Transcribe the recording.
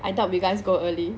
I doubt you guys go early